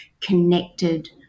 connected